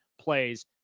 plays